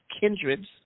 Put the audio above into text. kindreds